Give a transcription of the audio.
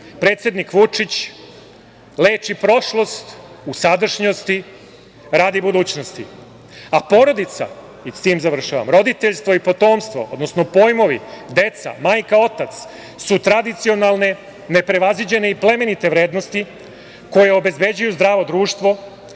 Predsednik Vučić leči prošlost u sadašnjosti radi budućnosti.A porodica, roditeljstvo i potomstvo odnosno pojmovi deca, majka, otac, su tradicionalne neprevaziđene i plemenite vrednosti koje obezbeđuju zdravo društvo,